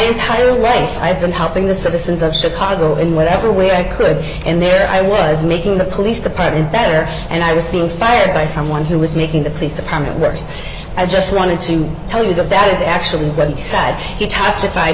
entire life i've been helping the citizens of chicago in whatever way i could and there i was making the police department better and i was being fired by someone who was making the place to come to rest i just wanted to tell you that that is actually rather sad he testified